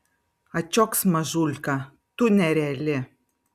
ačioks mažulka tu nereali